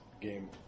game